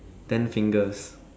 ten singers